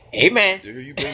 Amen